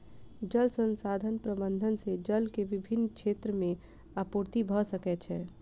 जल संसाधन प्रबंधन से जल के विभिन क्षेत्र में आपूर्ति भअ सकै छै